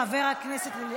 אחלה שם.